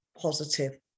positive